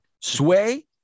Sway